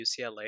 UCLA